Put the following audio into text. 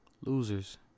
Losers